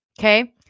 Okay